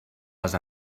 les